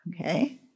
Okay